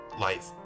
life